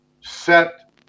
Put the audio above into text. set